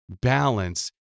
balance